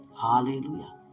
Hallelujah